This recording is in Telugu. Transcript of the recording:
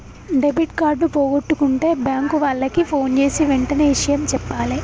డెబిట్ కార్డు పోగొట్టుకుంటే బ్యేంకు వాళ్లకి ఫోన్జేసి వెంటనే ఇషయం జెప్పాలే